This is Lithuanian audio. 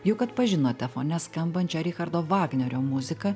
juk atpažinote fone skambančią richardo vagnerio muziką